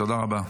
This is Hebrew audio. תודה רבה.